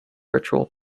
ritual